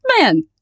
man